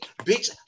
bitch